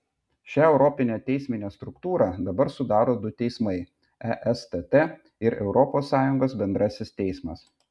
šią europinę teisminę struktūrą dabar sudaro du teismai estt ir europos sąjungos bendrasis teismas